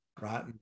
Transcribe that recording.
right